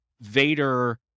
vader